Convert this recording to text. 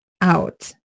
out